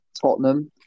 Tottenham